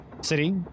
city